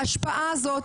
ההשפעה הזאת,